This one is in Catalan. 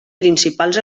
principals